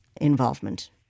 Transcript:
involvement